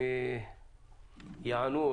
אם יענו,